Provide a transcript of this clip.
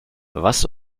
was